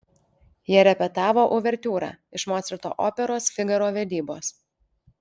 jie repetavo uvertiūrą iš mocarto operos figaro vedybos